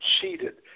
cheated